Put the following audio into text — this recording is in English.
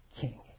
king